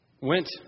went